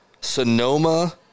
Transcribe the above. Sonoma